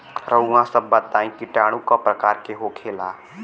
रउआ सभ बताई किटाणु क प्रकार के होखेला?